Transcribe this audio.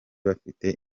bafite